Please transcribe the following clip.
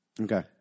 Okay